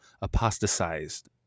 apostatized